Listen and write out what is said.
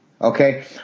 Okay